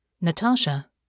Natasha